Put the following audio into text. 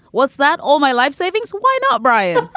what's that? all my life savings. why not, brian?